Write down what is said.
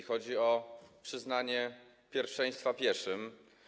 Chodzi o przyznanie pierwszeństwa pieszym.